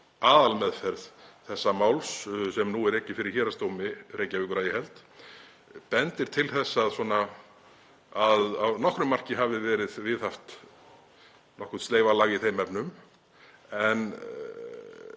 aðalmeðferð þess máls, sem nú er rekið fyrir Héraðsdómi Reykjavíkur að ég held, bendir til að að nokkru marki hafi verið viðhaft nokkurt sleifarlag í þeim efnum.